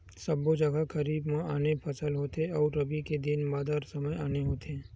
सबो जघा खरीफ म आने फसल होथे अउ रबी के दिन बादर समे आने होथे